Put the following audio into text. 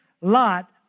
lot